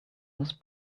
was